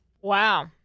Wow